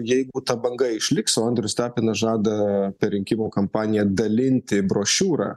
jeigu ta banga išliks o andrius tapinas žada per rinkimo kampaniją dalinti brošiūrą